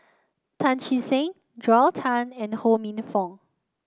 Tan Che Sang Joel Tan and Ho Minfong